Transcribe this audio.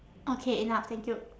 okay enough thank you